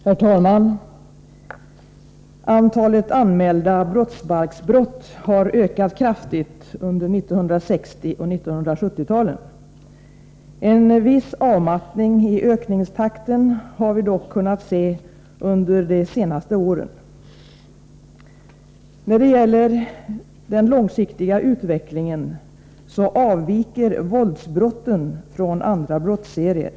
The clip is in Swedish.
Herr talman! Antalet anmälda brottsbalksbrott har ökat kraftigt under 1960 och 1970-talen. En viss avmattning i ökningstakten har vi dock kunnat se under de senaste åren. När det gäller den långsiktiga utvecklingen så avviker våldsbrotten från andra brottsserier.